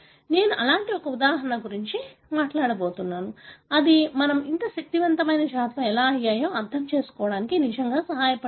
నేను అలాంటి ఒక ఉదాహరణ గురించి మాట్లాడబోతున్నాను ఇది మనం ఇంత శక్తివంతమైన జాతులు ఎలా అయ్యాయో అర్థం చేసుకోవడానికి నిజంగా సహాయపడింది